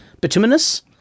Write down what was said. bituminous